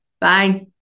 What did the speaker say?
Bye